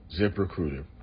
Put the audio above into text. ZipRecruiter